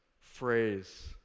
phrase